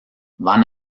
van